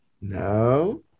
No